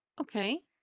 okay